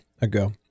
ago